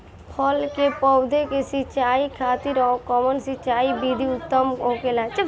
फल के पौधो के सिंचाई खातिर कउन सिंचाई विधि उत्तम होखेला?